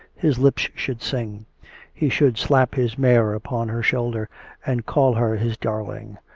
his lips should sing he should slap his mare upon her shoulder and call her his darling.